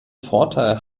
vorteil